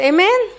Amen